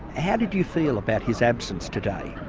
how did you feel about his absence today?